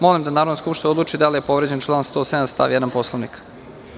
Molim da Narodna skupština odluči da li je povređen član 106. stav 1. Poslovnika.